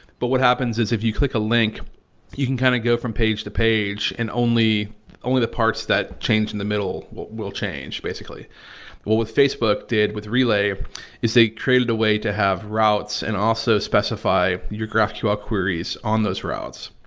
but what happens is if you click a link you can kind of go from page to page and only only the parts that change in the middle will will change, basically what facebook did with relay is they created a way to have routes and also specify new graphql queries on those routes.